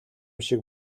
шиг